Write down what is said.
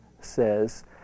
says